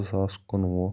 زٕ ساس کُنہٕ وُہ